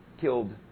Killed